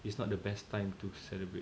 it's not the best time to celebrate